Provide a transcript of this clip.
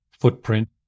footprint